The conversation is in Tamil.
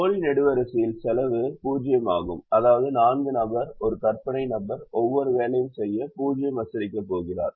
போலி நெடுவரிசையில் செலவு 0 ஆகும் அதாவது நான்காவது நபர் ஒரு கற்பனை நபர் ஒவ்வொரு வேலையும் செய்ய 0 வசூலிக்கப் போகிறார்